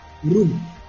room